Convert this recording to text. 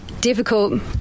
difficult